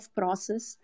process